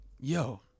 yo